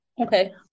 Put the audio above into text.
okay